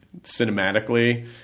cinematically